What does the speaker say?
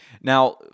Now